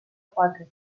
quatre